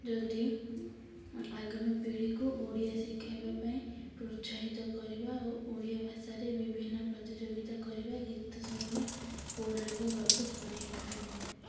ଯଦି ଆଗାମୀ ପିଢ଼ିକୁ ଓଡ଼ିଆ ଶିଖାଇବା ପାଇଁ ପ୍ରୋତ୍ସାହିତ କରିବା ଓ ଓଡ଼ିଆ ଭାଷାରେ ବିଭିନ୍ନ ପ୍ରତିଯୋଗିତା କରିବା ଗୀତ ଶୁଣିବା ପୌରାଣିକ ଗଳ୍ପ ଶୁଣାଇ ହେବ